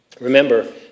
Remember